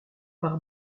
par